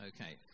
okay